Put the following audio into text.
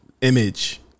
image